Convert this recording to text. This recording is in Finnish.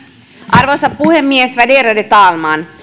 arvoisa puhemies värderade talman